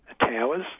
towers